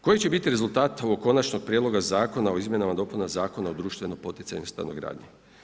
Koji će biti rezultat ovog konačnog prijedloga zakona o Izmjenama i dopunama Zakona o društveno poticajnoj stanogradnji.